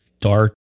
dark